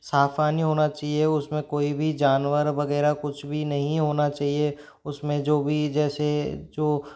साफ़ पानी होना चाहिए उसमें कोई भी जानवर वगैरह कुछ भी नहीं होना चाहिए उसमें जो भी जैसे